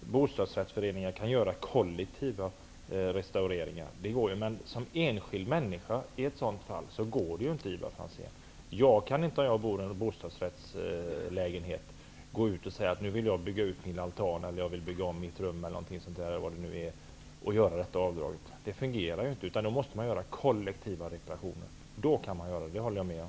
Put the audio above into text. bostadsrättsföreningar kan göra kollektiva restaureringar, men för enskilda bostadsrättshavare går det inte att utnyttja avdragsrätten, Ivar Franzén. Jag kan inte säga, där jag bor i en bostadsrättslägenhet, att nu vill jag bygga ut min altan eller bygga om ett rum eller någonting sådant och göra avdrag på fastighetsskatten. Det fungerar inte, utan man måste göra kollektiva reparationer. Då kan föreningen utnyttja avdragsrätten, det håller jag med om.